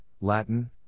Latin